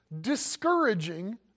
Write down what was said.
discouraging